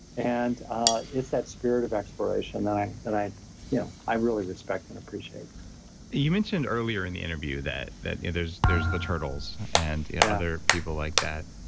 and ah it's that spirit of exploration that i yeah i really respect and appreciate you mentioned earlier in the interview that that there's there's the turtles and yeah there are people like that.